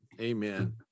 Amen